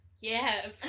yes